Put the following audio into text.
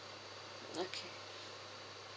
okay